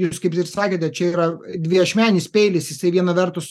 jūs kaip ir sakėte čia yra dviašmenis peilis jisai viena vertus